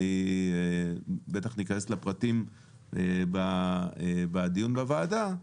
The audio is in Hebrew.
בטח נכנס לפרטים בדיון בוועדה,